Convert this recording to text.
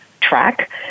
track